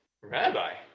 Rabbi